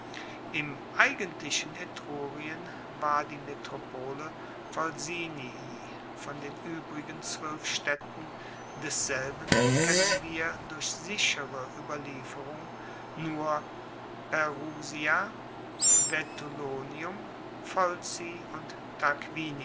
im eigentlichen etrurien war die metropole volsinii von den uebrigen zwoelfstaedten desselben kennen wir durch sichere ueberlieferung nur perusia vetulonium volci und tarquinii